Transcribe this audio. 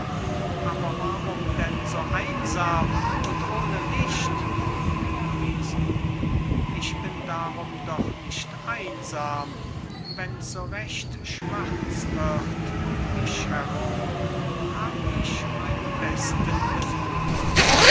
aber warum denn so einsam und ohne licht luise ich bin darum doch nicht einsam wenn's so recht schwarz wird um mich herum hab ich meine besten besuche